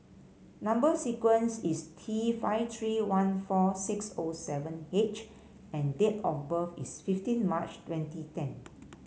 number sequence is T five three one four six O seven H and date of birth is fifteen March twenty ten